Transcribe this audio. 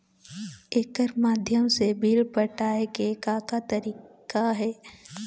एकर माध्यम से बिल पटाए के का का तरीका हे?